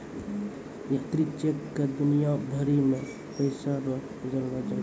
यात्री चेक क दुनिया भरी मे पैसा रो जानलो जाय छै